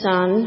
Son